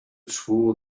swore